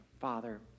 Father